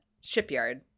Shipyard